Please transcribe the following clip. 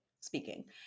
speaking